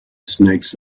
snakes